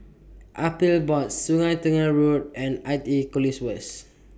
Appeals Board Sungei Tengah Road and I T E College West